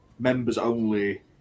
members-only